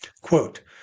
Quote